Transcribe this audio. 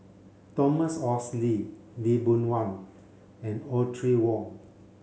Thomas Oxley Lee Boon Wang and Audrey Wong